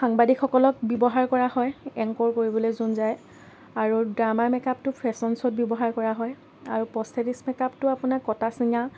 সাংবাদিকসকলক ব্যৱহাৰ কৰা হয় এঙ্কৰ কৰিবলৈ যোন যায় আৰু ড্ৰামাৰ মেকআপটো ফেচন শ্ব'ত ব্যৱহাৰ কৰা হয় আৰু প্ৰস্থেটিচ মেকআপটো আপোনাৰ কটা চিঙা